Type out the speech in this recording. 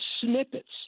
snippets